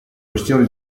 questione